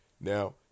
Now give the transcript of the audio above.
now